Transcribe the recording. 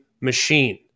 machine